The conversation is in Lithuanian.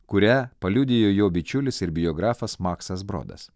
kurią paliudijo jo bičiulis ir biografas maksas brodas